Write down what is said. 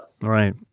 Right